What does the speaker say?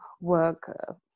work